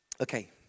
Okay